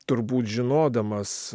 turbūt žinodamas